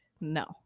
no